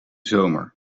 zomer